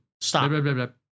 Stop